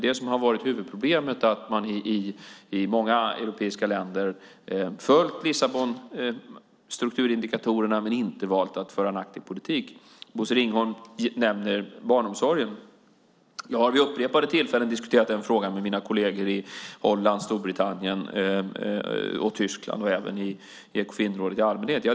Huvudproblemet har varit att man i många europeiska länder har följt strukturindikatorerna i Lissabonprocessen men inte valt att föra en aktiv politik. Bosse Ringholm nämner barnomsorgen. Jag har vid upprepade tillfällen diskuterat den frågan med mina kolleger i Holland, Storbritannien och Tyskland och även i Ekofinrådet i allmänhet.